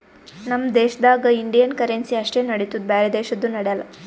ನಮ್ ದೇಶದಾಗ್ Indian currency ಅಷ್ಟೇ ನಡಿತ್ತುದ್ ಬ್ಯಾರೆ ದೇಶದು ನಡ್ಯಾಲ್